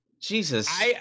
Jesus